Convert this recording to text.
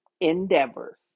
endeavors